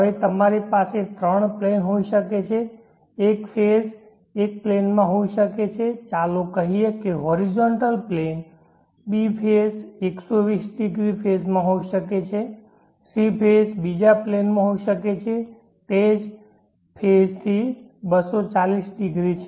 હવે તમારી પાસે ત્રણ પ્લેન હોઈ શકે છે એક ફેઝ એક પ્લેન માં હોઈ શકે છે ચાલો કહીએ કે horizontal plane b phase 120 degree phase માં હોઈ શકે છે c ફેઝ બીજા પ્લેનમાં હોઈ શકે છે જે ફેઝ થી 240 ડિગ્રી છે